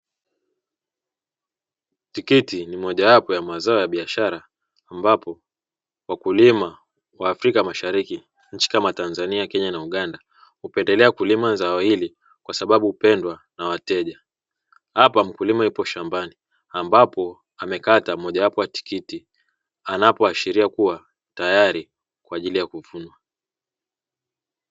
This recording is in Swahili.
Tikiti ni mojawapo ya mazao ya biashara, ambapo wakulima wa Afrika mashariki; nchi kama Tanzania, Kenya na Uganda, hupendelea kulima zao hili kwa sababu hupendwa na wateja. Hapa mkulima yupo shambani ambapo amekata mojawapo ya tikiti, anapoashiria kuwa tayari kwa ajili ya kuvunwa.